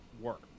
work